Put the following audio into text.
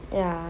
ya